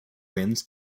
wins